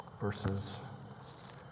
verses